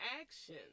action